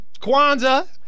Kwanzaa